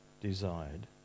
desired